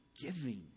giving